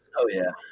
oh yeah,